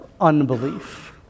unbelief